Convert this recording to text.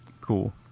Cool